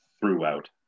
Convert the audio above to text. throughout